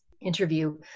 interview